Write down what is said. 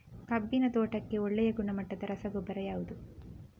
ಕಬ್ಬಿನ ತೋಟಕ್ಕೆ ಒಳ್ಳೆಯ ಗುಣಮಟ್ಟದ ರಸಗೊಬ್ಬರ ಯಾವುದು?